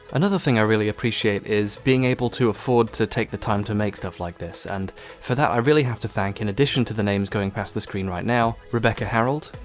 another thing i really appreciate is being able to afford to take the time to make stuff like this and for that i really have to thank in addition to the names going past the screen right now rebecca harold,